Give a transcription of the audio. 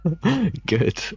Good